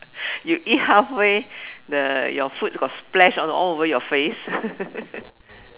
you eat halfway the your food got splashed on all over your face